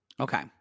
Okay